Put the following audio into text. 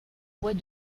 bois